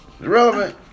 Irrelevant